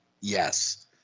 Yes